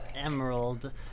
emerald